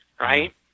right